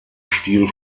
stil